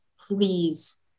please